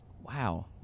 Wow